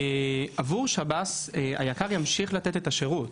עבור שב"ס היק"ר ימשיך לתת את השירות,